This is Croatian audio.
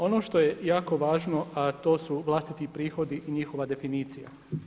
Ono što je jako važno, a to su vlastiti prihodi i njihova definicija.